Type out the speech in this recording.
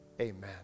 amen